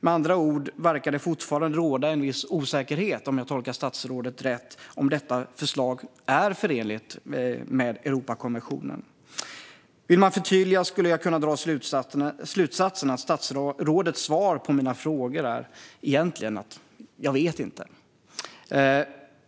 Med andra ord verkar det fortfarande råda en viss osäkerhet, om jag tolkar statsrådet rätt, om detta förslag är förenligt med Europakonventionen. Vill man förtydliga skulle jag kunna dra slutsatsen att statsrådets svar på mina frågor är: Jag vet inte.